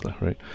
right